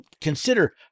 Consider